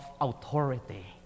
authority